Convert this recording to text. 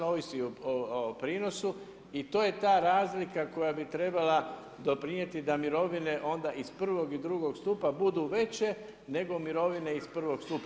Ovisi o prinosu i to je ta razlika koja bi trebala doprinijeti da mirovine onda iz prvog i drugog stupa budu veće nego mirovine iz prvog stupa.